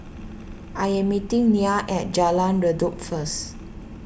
I am meeting Nia at Jalan Redop first